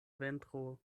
ventro